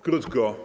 Krótko.